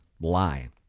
lie